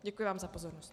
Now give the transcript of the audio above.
Děkuji vám za pozornost.